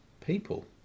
people